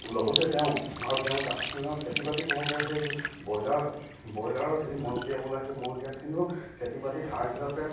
লগতে তেওঁ আৰু তেওঁ খেতি বাতি কৰোঁতে সেই ব্ৰইলাৰ ব্ৰইলাৰৰ যি মল ত্যাগ ওলাই সেই মল ত্যাগখিনিও খেতি বাতিত সাৰ হিচাপে